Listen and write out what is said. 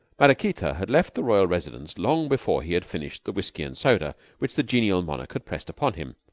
maraquita had left the royal residence long before he had finished the whisky-and-soda which the genial monarch had pressed upon him.